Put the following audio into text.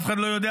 אף אחד לא יודע,